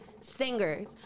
singers